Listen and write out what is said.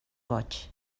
goig